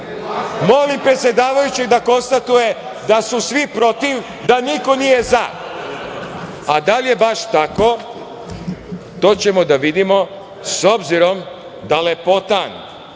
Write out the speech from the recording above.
ruku. Molim predsedavajućeg da konstatujem da su svi protiv, da niko nije za, a da li je baš tako, to ćemo da vidimo, s obzirom da lepotan